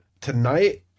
Tonight